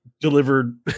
delivered